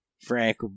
Frank